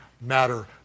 matter